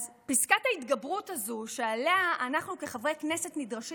אז פסקת ההתגברות הזו שעליה אנחנו כחברי כנסת נדרשים